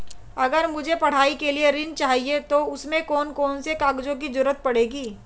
अगर मुझे पढ़ाई के लिए ऋण चाहिए तो उसमें कौन कौन से कागजों की जरूरत पड़ेगी?